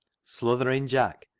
sluthering jack,